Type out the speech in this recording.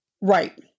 Right